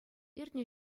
иртнӗ